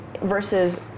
Versus